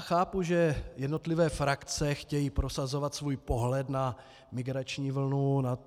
Chápu, že jednotlivé frakce chtějí prosazovat svůj pohled na migrační vlnu, na